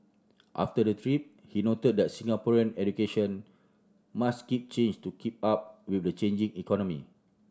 after the trip he noted that Singaporean education must keep change to keep up with the changing economy